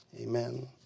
Amen